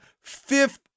fifth